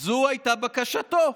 זו הייתה בקשתו.